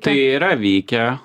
tai yra vykę